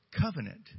Covenant